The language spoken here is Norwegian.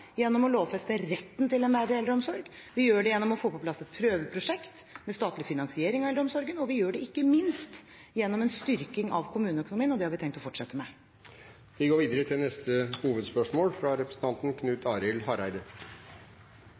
gjennom å lovfeste retten til en verdig eldreomsorg, vi gjør det gjennom å få på plass et prøveprosjekt med statlig finansiering av eldreomsorgen, og vi gjør det ikke minst gjennom en styrking av kommuneøkonomien. Det har vi tenkt å fortsette med. Vi går videre til neste hovedspørsmål.